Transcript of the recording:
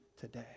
today